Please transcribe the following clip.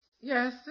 Yes